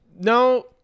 No